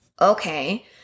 Okay